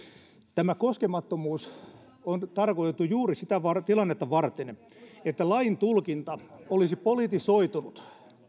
tämä koskemattomuus on tarkoitettu juuri sitä tilannetta varten että lain tulkinta olisi politisoitunut